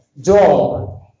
job